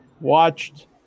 watched